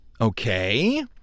Okay